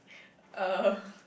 uh